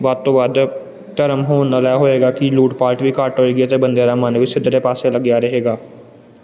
ਵੱਧ ਤੋਂ ਵੱਧ ਧਰਮ ਹੋਣ ਨਾਲ ਇਹ ਹੋਏਗਾ ਕਿ ਲੁੱਟ ਪਾਟ ਵੀ ਘੱਟ ਹੋਏਗੀ ਅਤੇ ਬੰਦਿਆਂ ਦਾ ਮਨ ਵੀ ਸਿੱਧੇ ਪਾਸੇ ਲੱਗਿਆ ਰਹੇਗਾ